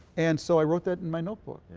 and so i wrote that in my notebook.